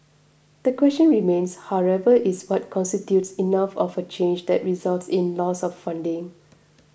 the question remains however is what constitutes enough of a change that results in loss of funding